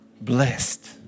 Blessed